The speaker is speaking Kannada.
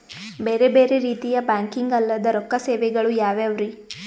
ಬೇರೆ ಬೇರೆ ರೀತಿಯ ಬ್ಯಾಂಕಿಂಗ್ ಅಲ್ಲದ ರೊಕ್ಕ ಸೇವೆಗಳು ಯಾವ್ಯಾವ್ರಿ?